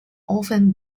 orphan